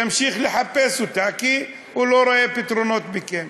ימשיך לחפש אותה, כי הוא לא רואה פתרונות מכם.